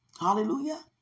Hallelujah